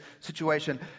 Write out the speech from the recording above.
situation